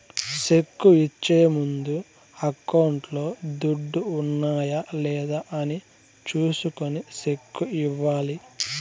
cheque ఇచ్చే ముందు అకౌంట్లో దుడ్లు ఉన్నాయా లేదా అని చూసుకొని సెక్కు ఇవ్వాలి